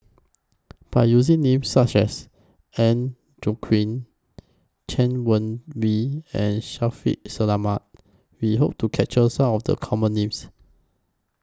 By using Names such as Agnes Joaquim Chay Weng Yew and Shaffiq Selamat We Hope to capture Some of The Common Names